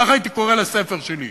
ככה הייתי קורא לספר שלי: